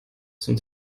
zum